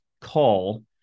call